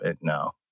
No